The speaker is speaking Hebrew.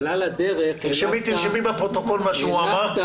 תרשמי בפרוטוקול מה שהוא אמר.